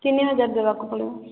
ତିନି ହଜାର ଦେବାକୁ ପଡ଼ିବ